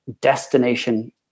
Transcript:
destination